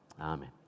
Amen